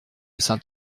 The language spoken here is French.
saint